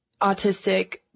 autistic